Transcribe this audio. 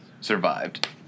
survived